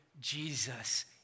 Jesus